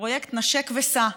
פרויקט "נשק וסע":